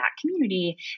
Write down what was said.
community